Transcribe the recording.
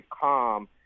calm